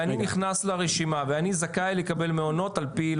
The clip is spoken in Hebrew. ואני נכנס לרשימה ואני זכאי לקבל מעונות על פי,